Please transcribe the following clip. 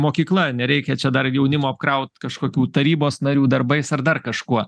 mokykla nereikia čia dar jaunimo apkraut kažkokių tarybos narių darbais ar dar kažkuo